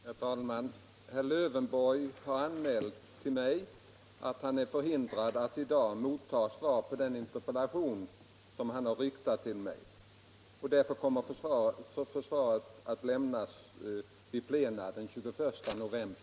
Herr talman! Herr Lövenborg har anmält till mig att han är förhindrad att i dag mottaga svar på interpellationen 1975/76:32 om flygmilitärt samarbete med Norge som han riktat till mig. Därför kommer svaret att lämnas vid plenum den 21 november.